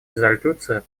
резолюция